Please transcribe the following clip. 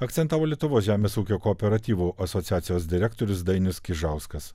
akcentavo lietuvos žemės ūkio kooperatyvų asociacijos direktorius dainius kižauskas